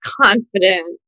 confident